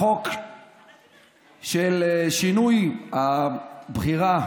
החוק של שינוי הבחירה